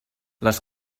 les